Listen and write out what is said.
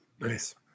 Nice